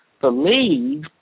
believe